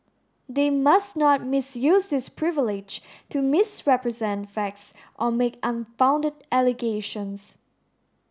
they must not misuse this privilege to misrepresent facts or make unfounded allegations